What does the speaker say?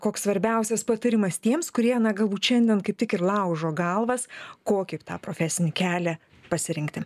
koks svarbiausias patarimas tiems kurie na galbūt šiandien kaip tik ir laužo galvas kokį tą profesinį kelią pasirinkti